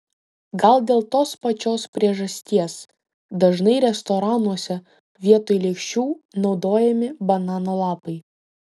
gal dėl tos pačios priežasties dažnai restoranuose vietoj lėkščių naudojami banano lapai